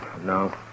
no